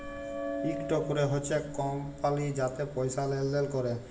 ইকট ক্যরে হছে কমপালি যাতে পয়সা লেলদেল ক্যরে